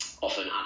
often